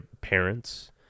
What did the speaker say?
parents